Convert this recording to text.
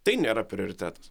tai nėra prioritetas